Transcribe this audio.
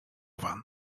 wan